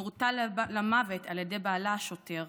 נורתה למוות על ירי בעלה השוטר